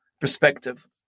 perspective